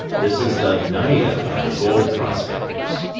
this is the naida of the gold prospectors.